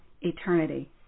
eternity